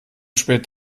spät